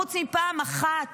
חוץ מפעם אחת,